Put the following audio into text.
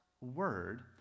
word